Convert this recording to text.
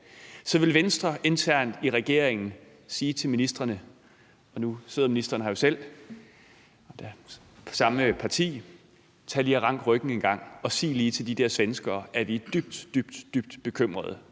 Så vil Venstre internt i regeringen sige til ministrene – og nu sidder ministeren her jo selv og er fra samme parti: Tag lige og rank ryggen engang, og sig lige til de der svenskere, at vi er dybt, dybt bekymrede